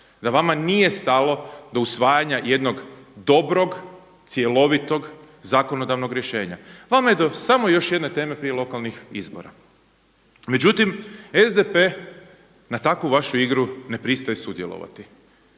da vama nije stalo do usvajanja jednog dobrog, cjelovitog zakonodavnog rješenja. Vama je do samo još jedne teme prije lokalnih izbora. Međutim, SDP na takvu vašu igru ne pristaje sudjelovati.